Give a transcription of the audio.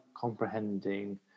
comprehending